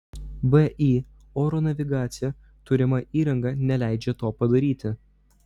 vį oro navigacija turima įranga neleidžia to padaryti